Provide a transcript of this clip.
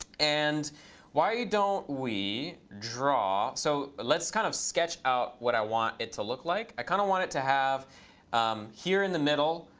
and why don't we draw so let's kind of sketch out what i want it to look like. i kind of want it to have here in the middle,